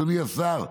אדוני השר,